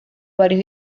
varios